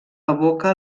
evoca